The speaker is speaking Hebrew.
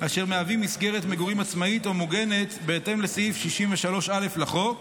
אשר מהווים מסגרת מגורים עצמאית או מוגנת בהתאם לסעיף 63א לחוק.